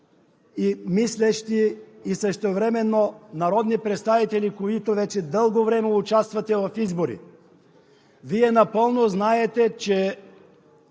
и мислещи, същевременно народни представители, които дълго време вече участват в избори. Вие напълно знаете, че